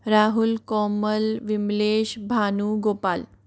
Rahul Komal Vimlesh Bhanu Gopal